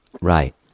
Right